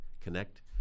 connect